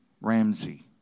Ramsey